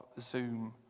Zoom